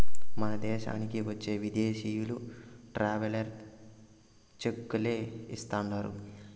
మన దేశానికి వచ్చే విదేశీయులు ట్రావెలర్ చెక్కులే ఇస్తాండారు